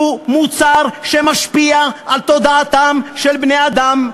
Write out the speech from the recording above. הוא מוצר שמשפיע על תודעתם של בני-אדם,